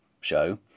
show